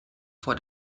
vor